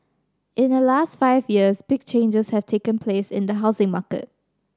in the last five years big changes have taken place in the housing market